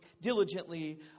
diligently